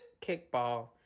kickball